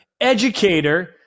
educator